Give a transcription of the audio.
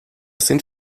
sind